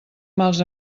mals